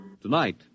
Tonight